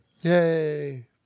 Yay